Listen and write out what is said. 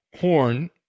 horn